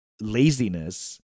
laziness